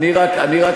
עשיתי את אותו הדבר.